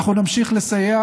אנחנו נמשיך לסייע,